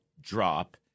drop